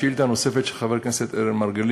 לשאלה הנוספת של חבר הכנסת אראל מרגלית,